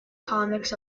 comics